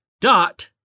dot